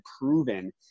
proven